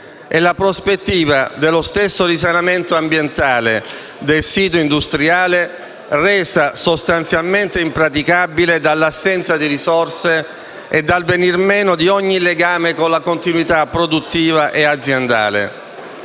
e la prospettiva dello stesso risanamento ambientale del sito industriale resa sostanzialmente impraticabile dall'assenza di risorse e dal venir meno di ogni legame con la continuità produttiva e aziendale.